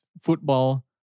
football